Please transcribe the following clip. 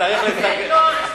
תן לו 20 שניות.